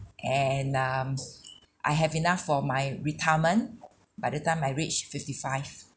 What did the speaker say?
and um I have enough for my retirement by the time I reach fifty-five